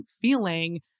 feeling